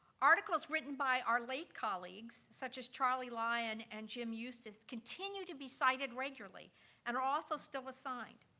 articles written by our late colleagues, such as charlie lyon and jim eustice, continue to be cited regularly and are also still assigned.